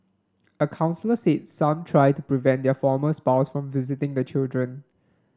a counsellor said some try to prevent their former spouse from visiting the children